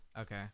okay